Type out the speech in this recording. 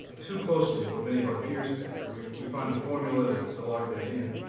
too closely what many of our peers pay, or we we find a formula to to lock that in.